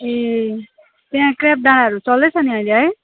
ए त्यहाँ ट्र्याप डाँडाहरू चल्दैछ नि अहिले है